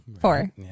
Four